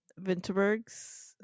Vinterberg's